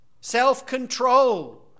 self-control